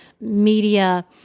media